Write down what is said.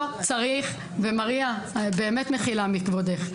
מריה, באמת מחילה מכבודך.